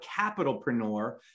capitalpreneur